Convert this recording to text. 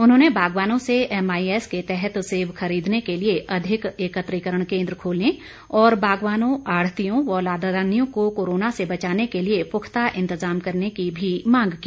उन्होंने बागवानों से एमआईएस के तहत सेब खरीदने के लिए अधिक एकत्रीकरण केन्द्र खोलने और बागवानों आढ़तियों व लदानियों को कोरोना से बचाने के लिए पुख्ता इंतज़ाम करने की भी मांग की